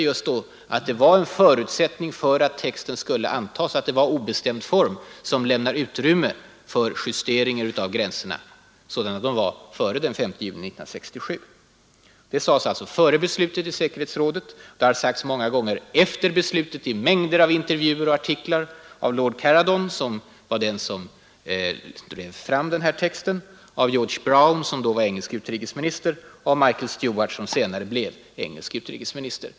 Man sade då att en förutsättning för att texten skulle antas var att det var obestämd form, som lämnar utrymme för justeringar av gränserna sådana de var före den 5 juni 1967. Detta sades alltså före beslutet i säkerhetsrådet. Det har sagts också många gånger efter beslutet i mängder av intervjuer och artiklar av lord Caradon , av George Brown och av Michael Stewart .